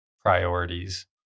priorities